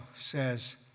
says